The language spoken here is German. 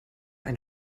ein